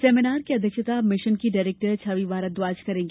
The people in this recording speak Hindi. सेमिनार की अध्यक्षता मिशन डायरेक्टर सुश्री छवि भारद्वाज करेंगी